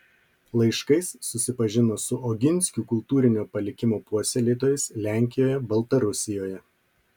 laiškais susipažino su oginskių kultūrinio palikimo puoselėtojais lenkijoje baltarusijoje